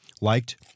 liked